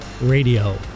Radio